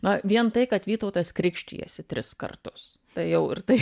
na vien tai kad vytautas krikštijasi tris kartus tai jau ir taip